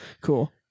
Cool